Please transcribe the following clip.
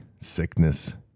sickness